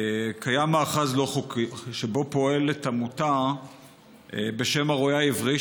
קיים מאחז לא חוקי שבו פועלת עמותה בשם הרועה העברי,